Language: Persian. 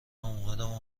اومدم